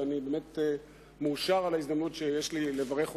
ואני באמת מאושר על ההזדמנות שיש לי לברך אותך.